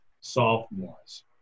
sophomores